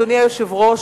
אדוני היושב-ראש,